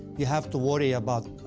you have to worry about,